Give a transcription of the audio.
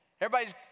Everybody's